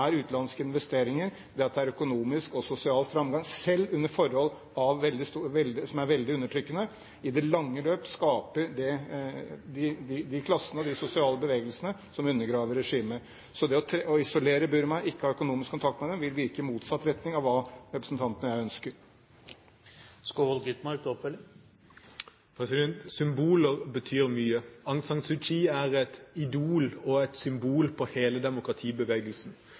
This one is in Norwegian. utenlandske investeringer, det at det er økonomisk og sosial framgang selv under forhold som er veldig undertrykkende, i det lange løp skaper de klassene og de sosiale bevegelsene som undergraver regimer. Så det å isolere Burma og ikke ha økonomisk kontakt med dem vil virke motsatt av det representanten og jeg ønsker. Symboler betyr mye. Aung San Suu Kyi er et idol og et symbol på hele demokratibevegelsen.